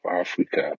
Africa